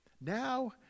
Now